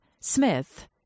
Smith